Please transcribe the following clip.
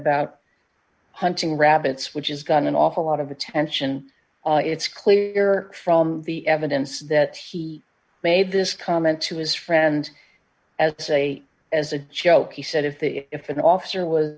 about hunting rabbits which is done an awful lot of attention it's clear from the evidence that he made this comment to his friend as a as a joke he said if the if an officer was